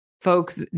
folks